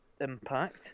impact